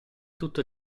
tutto